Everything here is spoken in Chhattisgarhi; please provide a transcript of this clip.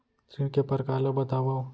ऋण के परकार ल बतावव?